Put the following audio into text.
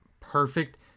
perfect